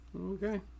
Okay